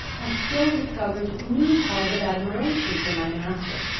i still discovered new cause of admiration for my master.